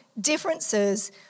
differences